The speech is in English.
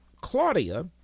Claudia